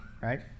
right